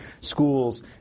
schools